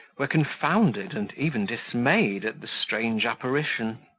were confounded, and even dismayed, at the strange apparition.